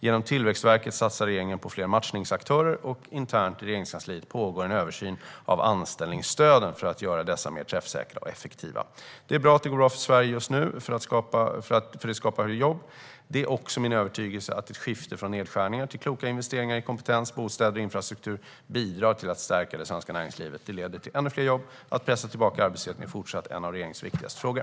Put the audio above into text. Genom Tillväxtverket satsar regeringen på fler matchningsaktörer och internt i Regeringskansliet pågår en översyn av anställningsstöden för att göra dessa mer träffsäkra och effektiva. Det är bra att det går bra för Sverige just nu, för det skapar jobb. Det är också min övertygelse att ett skifte från nedskärningar till kloka investeringar i kompetens, bostäder och infrastruktur bidrar till att stärka det svenska näringslivet. Det leder till ännu fler jobb. Att pressa tillbaka arbetslösheten är fortsatt en av regeringens viktigaste frågor.